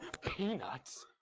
Peanuts